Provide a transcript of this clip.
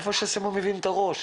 איפה שמסובבים את הראש